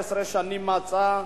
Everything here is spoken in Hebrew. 111 שנים, מצאה